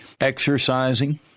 Exercising